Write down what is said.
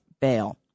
bail